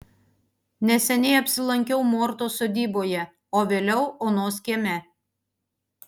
neseniai apsilankiau mortos sodyboje o vėliau onos kieme